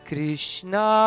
Krishna